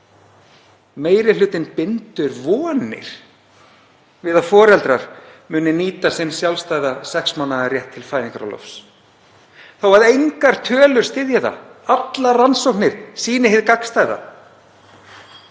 meiri hlutinn bindur vonir við að foreldrar muni nýta sinn sjálfstæða sex mánaða rétt til fæðingarorlofs þó að engar tölur styðji það og allar rannsóknir sýni hið gagnstæða.